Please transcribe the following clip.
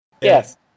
yes